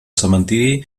cementeri